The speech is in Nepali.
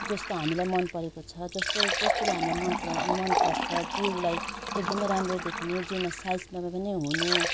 जस्तो हामीलाई मन परेको छ जस्तो जस्तो हामीलाई मन पराउ मन पर्छ जिउलाई एकदमै राम्रो देखिने जिउमा साइज नापे पनि हुने